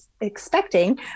expecting